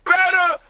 better